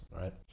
right